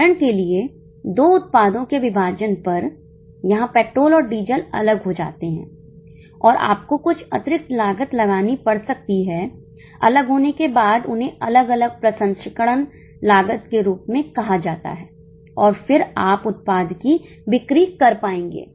उदाहरण के लिए दो उत्पादों के विभाजन पर यहाँ पेट्रोल और डीजल अलग हो जाते हैं और आपको कुछ अतिरिक्त लागत लगानी पड़ सकती है अलग होने के बाद उन्हें अलग अलग प्रसंस्करण लागत के रूप में कहा जाता है और फिर आप उत्पाद की बिक्री कर पाएंगे